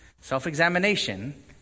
Self-examination